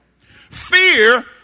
Fear